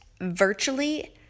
virtually